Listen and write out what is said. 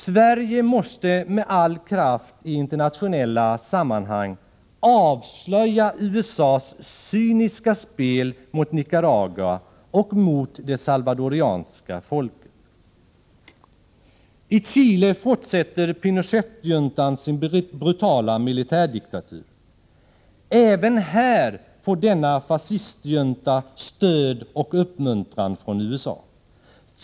Sverige måste med all kraft i internationella sammanhang avslöja USA:s cyniska spel mot Nicaragua och mot det salvadoranska folket. I Chile fortsätter Pinochetjuntan sin brutala militärdiktatur. Även här får denna fascistjunta stöd och uppmuntran från USA.